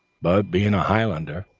but, being a highlander,